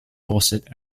fawcett